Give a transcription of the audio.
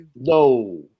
No